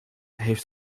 heeft